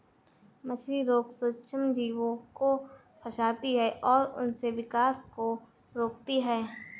मछली रोग सूक्ष्मजीवों को फंसाती है और उनके विकास को रोकती है